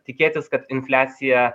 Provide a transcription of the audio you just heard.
tikėtis kad infliacija